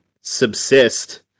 subsist